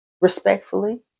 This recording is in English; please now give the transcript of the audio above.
respectfully